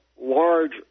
large